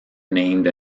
named